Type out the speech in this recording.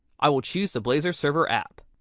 i will choose the blazor server app.